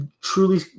truly